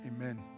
Amen